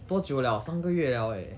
多久 liao 三个月 liao eh